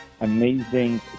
amazing